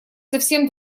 совсем